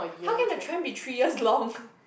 how can the trend be three years long